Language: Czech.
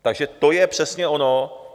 Takže to je přesně ono.